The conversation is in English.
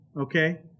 Okay